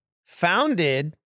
Founded